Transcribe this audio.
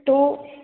तो